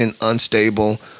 unstable